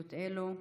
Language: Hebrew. שאילתות אלו.